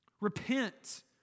Repent